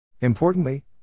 Importantly